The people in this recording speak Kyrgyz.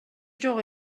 жок